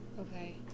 Okay